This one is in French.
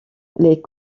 les